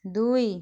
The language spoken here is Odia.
ଦୁଇ